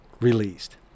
released